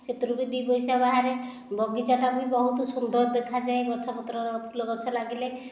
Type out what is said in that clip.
ସେଥିରୁ ବି ଦୁଇ ପଇସା ବାହାରେ ବଗିଚାଟା ବି ବହୁତ ସୁନ୍ଦର ଦେଖାଯାଏ ଗଛ ପତ୍ର ଫୁଲ ଗଛ ଲାଗିଲେ